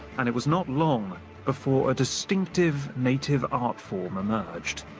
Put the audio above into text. and it was not long before a distinctive native art form emerged